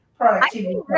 productivity